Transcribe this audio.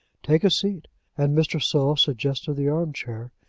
take a seat and mr. saul suggested the arm-chair,